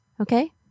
Okay